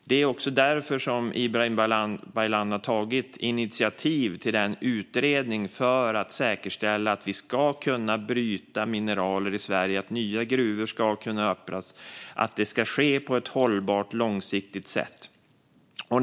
Det är också därför som Ibrahim Baylan har tagit initiativ till en utredning för att säkerställa att vi ska kunna bryta mineral i Sverige, att nya gruvor ska kunna öppnas och att det ska ske på ett långsiktigt hållbart sätt.